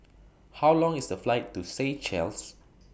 How Long IS The Flight to Seychelles